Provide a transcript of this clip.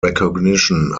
recognition